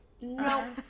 No